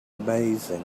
amazing